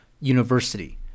university